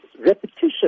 repetition